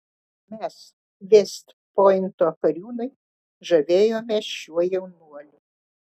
mes vest pointo kariūnai žavėjomės šiuo jaunuoliu